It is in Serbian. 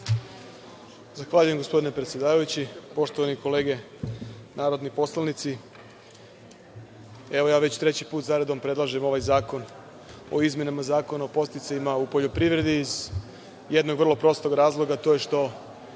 Zahvaljujem gospodine predsedavajući. Poštovane kolege narodni poslanici, evo, ja već treći put zaredom predlažem ovaj zakon o izmenama Zakona o podsticajima u poljoprivredi iz jednog vrlo prostog razloga. To je što